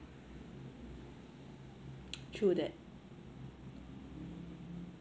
true that